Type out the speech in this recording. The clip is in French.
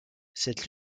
cette